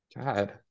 God